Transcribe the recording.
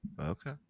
Okay